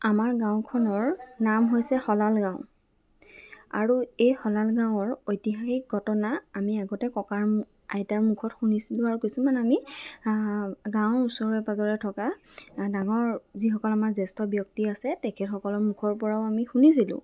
আমাৰ গাঁওখনৰ নাম হৈছে শলাল গাঁও আৰু এই শলালগাঁৱৰ ঐতিহাসিক ঘটনা আমি আগতে ককাৰ আইতাৰ মুখত শুনিছিলোঁ আৰু কিছুমান আমি গাঁৱৰ ওচৰে পাঁজৰে থকা ডাঙৰ যিসকল আমাৰ জ্যেষ্ঠ ব্যক্তি আছে তেখেতসকলৰ মুখৰ পৰাও আমি শুনিছিলোঁ